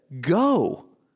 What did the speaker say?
go